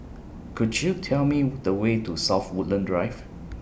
Could YOU Tell Me The Way to South Woodlands Drive